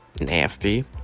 nasty